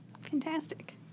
fantastic